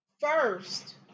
first